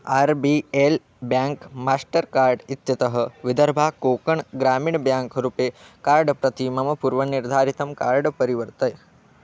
R B L bank Mastercard इत्यतः Vidarbha Konkan Gramin bank RuPay card प्रति मम पूर्वनिर्धारितं कार्ड् परिवर्तय